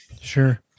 Sure